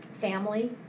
family